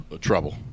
trouble